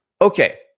okay